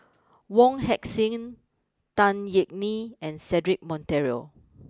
Wong Heck sing Tan Yeok Nee and Cedric Monteiro